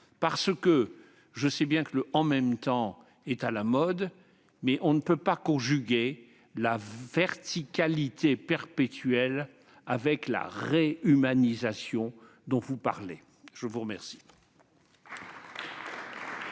! Je sais bien que le « en même temps » est à la mode, mais on ne peut conjuguer la verticalité perpétuelle avec la réhumanisation dont vous parlez. La parole